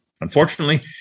Unfortunately